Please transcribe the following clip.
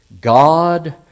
God